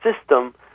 system